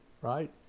right